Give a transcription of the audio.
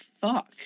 fuck